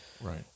right